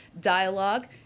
dialogue